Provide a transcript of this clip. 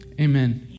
amen